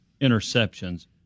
interceptions